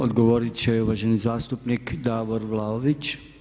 Odgovoriti će uvaženi zastupnik Davor Vlaović.